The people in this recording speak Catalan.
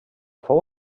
fou